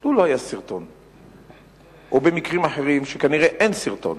או במקרים אחרים שכנראה אין סרטון,